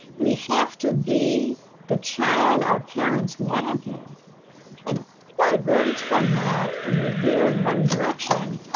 we have to be the child our parents wanted and diverge from that and we veer in one direction,